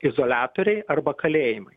izoliatoriai arba kalėjimai